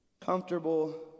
Comfortable